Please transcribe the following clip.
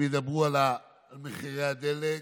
הם ידברו על מחירי הדלק,